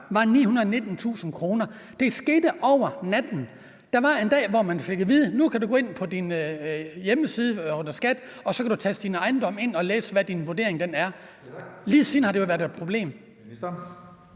Det skete over natten. Der var en dag, hvor man fik at vide: Nu kan du gå ind på din side på skat.dk, og så kan du taste din ejendom ind og læse, hvad din vurdering er. Lige siden har det jo været et problem.